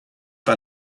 par